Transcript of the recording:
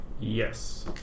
Yes